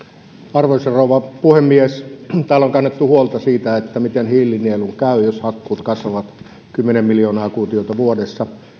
arvoisa rouva puhemies täällä on kannettu huolta siitä miten hiilinielun käy jos hakkuut kasvavat kymmenen miljoonaa kuutiota vuodessa